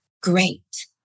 great